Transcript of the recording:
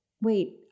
wait